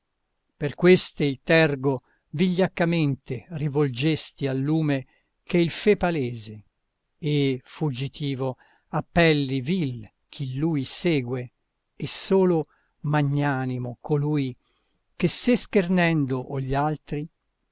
per questo il tergo vigliaccamente rivolgesti al lume che il fe palese e fuggitivo appelli vil chi lui segue e solo magnanimo colui che sé schernendo o gli altri